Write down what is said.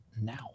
now